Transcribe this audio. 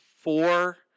four